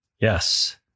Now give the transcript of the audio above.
Yes